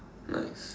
nice